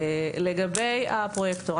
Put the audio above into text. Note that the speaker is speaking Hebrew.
לגבי הפרויקטור,